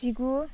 जिगु